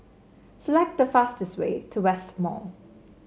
select the fastest way to West Mall